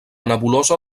nebulosa